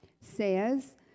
says